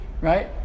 right